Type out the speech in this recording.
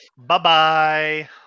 Bye-bye